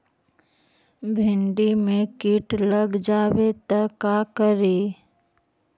भिन्डी मे किट लग जाबे त का करि?